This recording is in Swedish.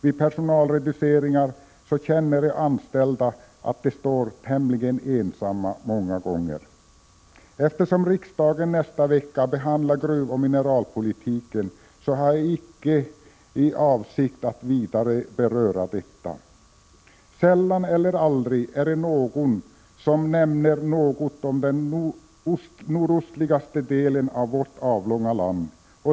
Vid personalreduceringar känner de anställda att de står tämligen ensamma. Eftersom riksdagen nästkommande vecka behandlar gruvoch mineralpolitiken, har jag icke för avsikt att vidare beröra detta nu. Sällan eller aldrig är det någon som nämner något om den nordostligaste delen av vårt avlånga land.